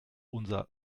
unser